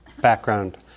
background